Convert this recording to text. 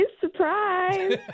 surprise